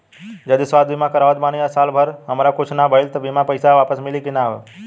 जदि स्वास्थ्य बीमा करावत बानी आ साल भर हमरा कुछ ना भइल त बीमा के पईसा वापस मिली की का होई?